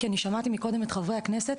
כי אני שמעתי מקודם את חברי הכנסת,